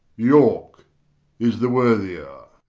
yorke is the worthyer